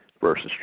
versus